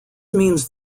means